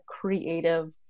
creative